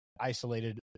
isolated